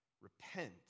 Repent